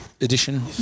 edition